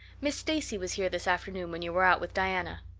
miss stacy was here this afternoon when you were out with diana.